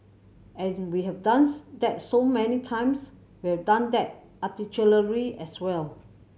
and we have done that so many times we have done that as well